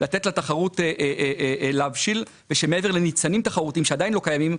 לתת לתחרות להבשיל ושמעבר לניצנים תחרותיים שעדיין לא קיימים,